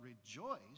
rejoice